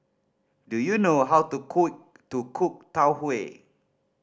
do you know how to cook to cook Tau Huay